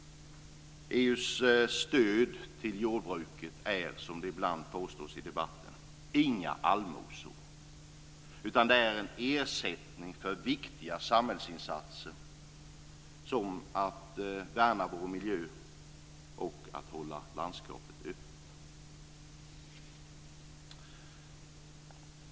EU:s stöd till jordbruket är, som det ibland påstås i debatten, inga allmosor. Det är en ersättning för viktiga samhällsinsatser som att värna vår miljö och hålla landskapet öppet.